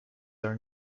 are